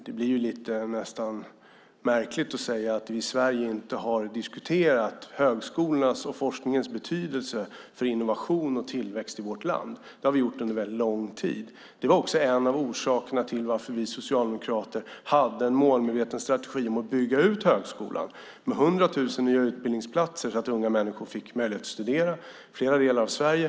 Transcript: Det är lite märkligt att säga att vi inte har diskuterat högskolornas och forskningens betydelse för innovation och tillväxt i vårt land. Det har vi gjort under väldigt lång tid. Det var också en av orsakerna till varför Socialdemokraterna hade en målmedveten strategi för att bygga ut högskolan med 100 000 nya utbildningsplatser så att unga människor fick möjlighet att studera i flera delar av Sverige.